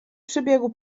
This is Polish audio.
przybiegł